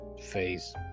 face